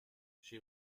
she